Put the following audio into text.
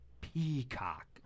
Peacock